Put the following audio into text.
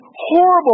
horrible